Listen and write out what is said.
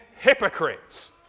hypocrites